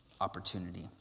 opportunity